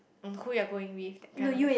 and who you're going with that kind of a